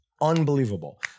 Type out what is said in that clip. unbelievable